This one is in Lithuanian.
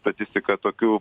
statistika tokių